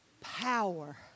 power